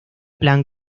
plan